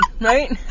right